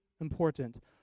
important